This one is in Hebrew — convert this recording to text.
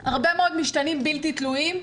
-- ותק, הרבה מאוד משתנים בלתי תלויים,